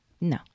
No